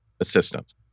assistance